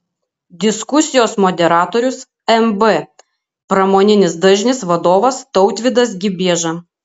diskusijos moderatorius mb pramoninis dažnis vadovas tautvydas gibieža